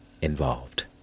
involved